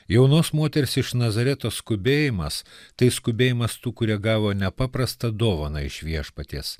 jaunos moters iš nazareto skubėjimas tai skubėjimas tų kurie gavo nepaprastą dovaną iš viešpaties